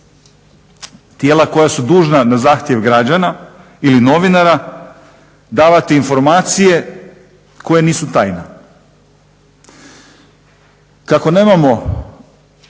tijela koja su dužna na zahtjev građana ili novinara davati informacije koje nisu tajna. Kako nemamo